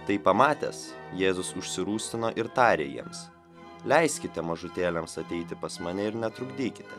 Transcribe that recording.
tai pamatęs jėzus užsirūstino ir tarė jiems leiskite mažutėliams ateiti pas mane ir netrukdykit